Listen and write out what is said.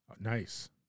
Nice